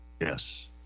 Yes